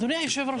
אדוני היושב-ראש,